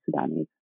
Sudanese